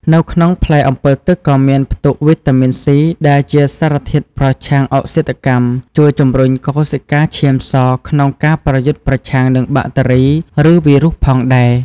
នៅក្នងផ្លែអម្ពិលទឹកក៏មានផ្ទុកវីតាមីន ស៊ី ដែលជាសារធាតុប្រឆាំងអុកស៊ីតកម្មជួយជំរុញកោសិកាឈាមសក្នុងការប្រយុទ្ធប្រឆាំងនឹងបាក់តេរី ឬវីរុសផងដែរ។